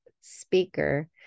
speaker